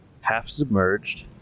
half-submerged